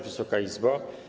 Wysoka Izbo!